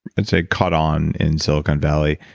and say caught on in silicon valley.